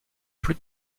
plus